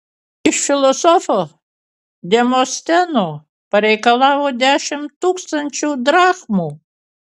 iš filosofo demosteno pareikalavo dešimt tūkstančių drachmų